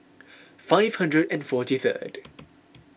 five hundred and forty third